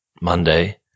Monday